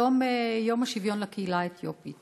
היום יום השוויון לקהילה האתיופית,